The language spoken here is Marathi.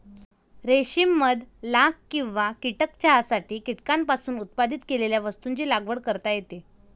रेशीम मध लाख किंवा कीटक चहासाठी कीटकांपासून उत्पादित केलेल्या वस्तूंची लागवड करता येते